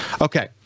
Okay